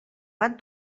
van